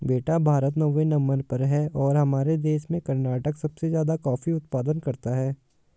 बेटा भारत नौवें नंबर पर है और हमारे देश में कर्नाटक सबसे ज्यादा कॉफी उत्पादन करता है